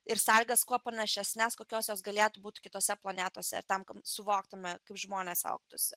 ir sąlygas kuo panašesnes kokios jos galėtų būti kitose planetose tam kad suvoktume kaip žmonės elgtųsi